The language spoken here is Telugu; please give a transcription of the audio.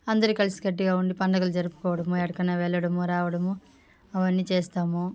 అందరి కలిసి కట్టుగా ఉండి పండగలు జరుపుకోవడం యాడికన్నా వెళ్ళడము రావడము అవన్నీ చేస్తాము